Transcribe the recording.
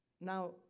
Now